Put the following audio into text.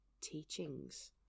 teachings